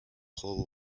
hall